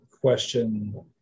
question